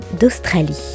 d'Australie